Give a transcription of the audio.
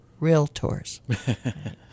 Realtors